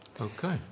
Okay